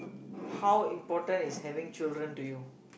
how important is having children to you